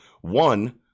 One-